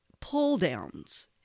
Pull-downs